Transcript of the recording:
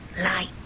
Light